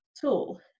tool